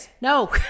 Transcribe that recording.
No